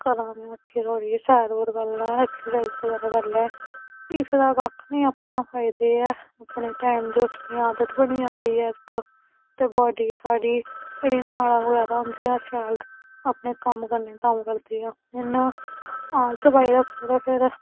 करां में उट्ठियै सैर सूर करी लैं ऐक्सरसाइज बगैरा करी लैं कुसै दा कक्ख निं अपना गै फायदा ऐ अपनी टाइम दी उट्ठने जी आदत बनी जंदी ऐ इक ते बाडी बी साढ़ी जेह्ड़ी नाड़ां बगैरा होंदियां शैल अपने कम्म करन करदी न इ'यां आलस पाई रक्खो ते फिर